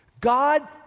God